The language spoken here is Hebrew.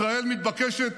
ישראל מתבקשת